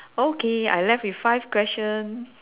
okay I left with five question